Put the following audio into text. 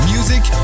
Music